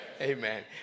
Amen